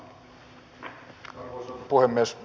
arvoisa puhemies